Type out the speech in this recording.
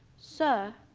sir,